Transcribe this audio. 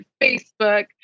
Facebook